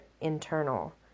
internal